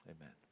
amen